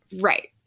Right